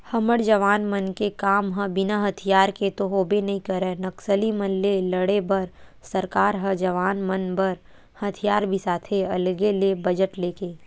हमर जवान मन के काम ह बिना हथियार के तो होबे नइ करय नक्सली मन ले लड़े बर सरकार ह जवान मन बर हथियार बिसाथे अलगे ले बजट लेके